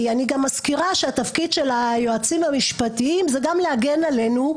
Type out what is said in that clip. אני גם מזכירה שהתפקיד של היועצים המשפטיים זה גם להגן עלינו.